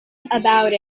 about